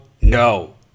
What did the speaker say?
no